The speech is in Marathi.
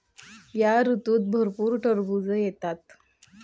या ऋतूत भरपूर टरबूज येतात